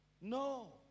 No